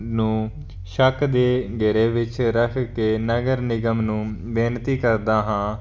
ਨੂੰ ਸ਼ੱਕ ਦੇ ਘੇਰੇ ਵਿੱਚ ਰੱਖ ਕੇ ਨਗਰ ਨਿਗਮ ਨੂੰ ਬੇਨਤੀ ਕਰਦਾ ਹਾਂ